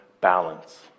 balance